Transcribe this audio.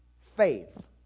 faith